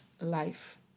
life